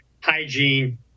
hygiene